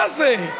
מה זה?